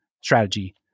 strategy